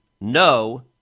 no